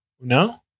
no